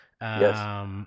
Yes